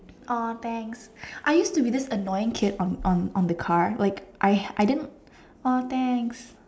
!aww! thanks I used to be this annoying kid on on on the car like I I didn't !aww! thanks